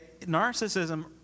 narcissism